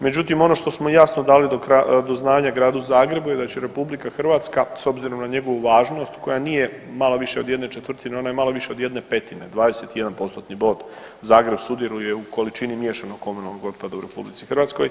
Međutim, ono što smo jasno dali do znanja Gradu Zagrebu je da će RH s obzirom na njegovu važnost koja nije malo više od jedne četvrtine, ona je malo više od jedne petine 21%-tni bod Zagreb sudjeluje u količini miješanog komunalnog otpada u RH.